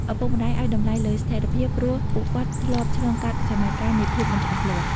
ឪពុកម្តាយឲ្យតម្លៃលើ "ស្ថិរភាព" ព្រោះពួកគាត់ធ្លាប់ឆ្លងកាត់សម័យកាលនៃភាពមិនច្បាស់លាស់។